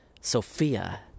Sophia